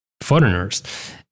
foreigners